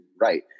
right